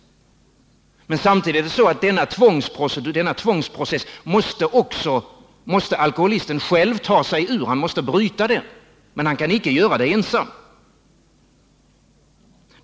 Alkoholisten måste själv ta sig ur denna tvångsprocess, men han kan inte göra det ensam.